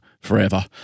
forever